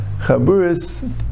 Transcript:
Chaburis